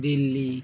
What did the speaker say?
Delhi